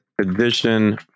Edition